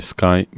Sky